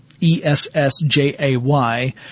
E-S-S-J-A-Y